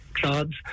jobs